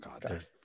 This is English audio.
god